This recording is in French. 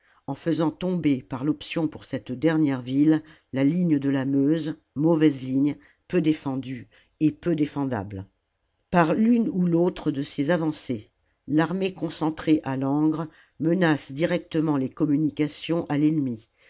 en faisant tomber par l'option pour cette dernière ville la ligne de la meuse mauvaise ligne peu défendue et peu défendable par l'une ou l'autre de ces avancées l'armée concentrée à langres menace directement les communications à l'ennemi